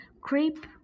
creep